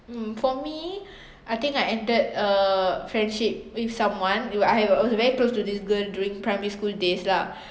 mm for me I think I ended a friendship with someone who I have a I was very close to this girl during primary school days lah